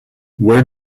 where